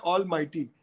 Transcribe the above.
Almighty